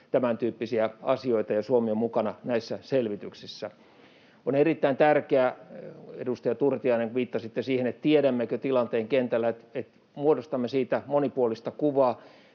tämäntyyppisiä asioita, ja Suomi on mukana näissä selvityksissä. Edustaja Turtiainen, viittasitte siihen, että tiedämmekö tilanteen kentällä. On erittäin tärkeää, että muodostamme siitä monipuolista kuvaa.